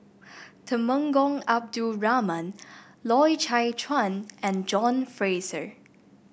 Temenggong Abdul Rahman Loy Chye Chuan and John Fraser